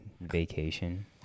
vacation